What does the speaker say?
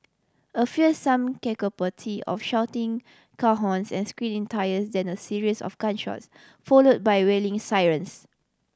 a fearsome of shouting car horns and screeching tyres then a series of gunshots follow by wailing sirens